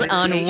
on